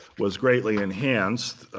was greatly enhanced